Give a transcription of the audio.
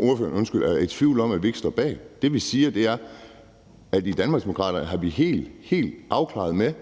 ordføreren er i tvivl om om vi står bag? Det, vi siger, er, at i Danmarksdemokraterne er vi helt afklarede med,